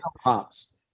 pops